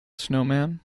snowman